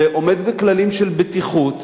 זה עומד בכללים של בטיחות,